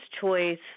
Choice